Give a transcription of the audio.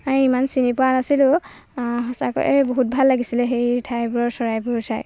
এই ইমান চিনি পোৱা নাছিলোঁ সঁচাকৈয়ে বহুত ভাল লাগিছিলে সেই ঠাইবোৰৰ চৰাইবোৰ চায়